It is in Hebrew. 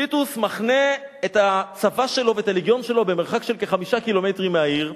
טיטוס מחנה את הצבא שלו ואת הלגיון שלו במרחק של כ-5 קילומטרים מהעיר,